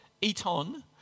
Eton